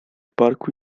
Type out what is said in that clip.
parku